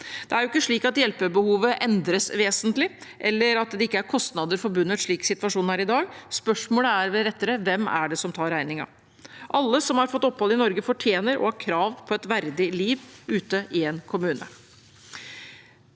Det er jo ikke slik at hjelpebehovet endres vesentlig, eller at det ikke er kostnader forbundet med situasjonen i dag. Spørsmålet er vel rettere: Hvem er det som tar regningen? Alle som har fått opphold i Norge, fortjener og har krav på et verdig liv ute i en kommune.